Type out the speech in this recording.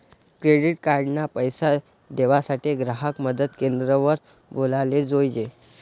credit card ना पैसा देवासाठे ग्राहक मदत क्रेंद्र वर बोलाले जोयजे